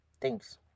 Thanks